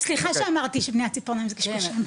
אז סליחה שאמתי שבניית ציפורניים זה קשקושים.